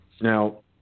Now